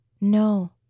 no